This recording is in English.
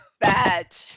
bad